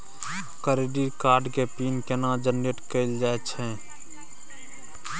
Credit card के pin केना generate कैल जाए छै?